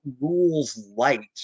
rules-light